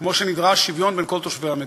כמו שנדרש שוויון בין כל תושבי המדינה.